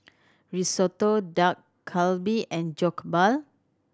Risotto Dak Galbi and Jokbal